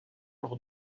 lors